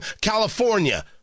California